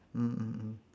mm mm mm